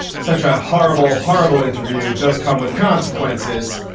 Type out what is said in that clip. such a horrible, horrible interview does come with consequences.